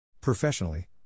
Professionally